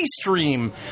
Stream